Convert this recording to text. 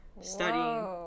studying